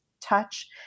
touch